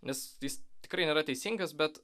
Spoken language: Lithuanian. nes jis tikrai nėra teisingas bet